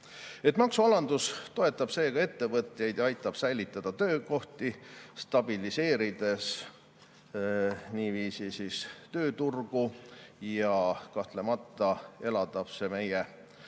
Maksualandus toetab seega ettevõtjaid ja aitab säilitada töökohti, stabiliseerides niiviisi tööturgu. Kahtlemata elavdab see meie